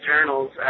journals